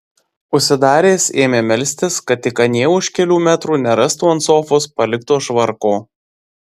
užsidaręs ėmė melstis kad tik anie už kelių metrų nerastų ant sofos palikto švarko